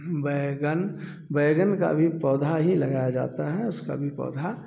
बैंगन बैंगन का भी पौधा ही लगाया जाता है उसका भी पौधा